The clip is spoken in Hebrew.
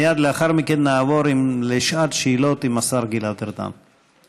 מייד לאחר מכן נעבור לשעת שאלות עם השר גלעד ארדן.